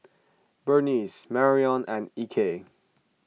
Berniece Marrion and Ike